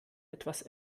etwas